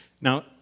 Now